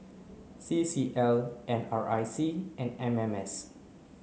C C L N R I C and M M S